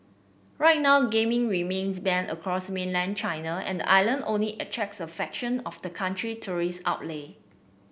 right now gaming remains banned across mainland China and island only attracts a fraction of the country tourism outlay